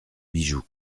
bijou